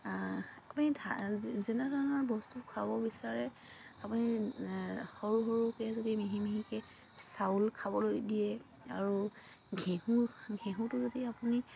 আপুনি যেনে ধৰণৰ বস্তু খোৱাব বিচাৰে আপুনি সৰু সৰুকে যদি মিহি মিহিকে চাউল খাবলৈ দিয়ে আৰু ঘেঁহু ঘেঁহুটো যদি আপুনি